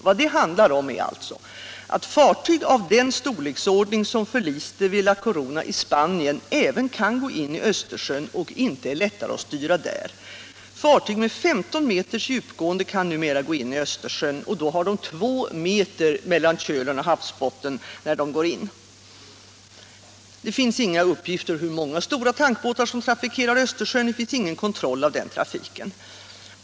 Vad det handlar om är alltså att fartyg av den storleksordning som förliste vid La Coruna i Spanien även kan gå in i Östersjön och inte är lättare att styra där. Fartyg med 15 meters djupgående kan numera gå in i Östersjön. Då har de 2 meter mellan kölen och havsbotten. Det finns inga uppgifter om hur många stora tankbåtar som trafikerar Östersjön — det finns ingen kontroll av den trafiken.